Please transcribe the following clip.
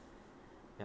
ya